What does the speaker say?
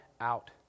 out